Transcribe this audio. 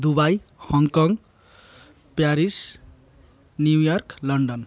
Dubai Hong Kong Paris New York London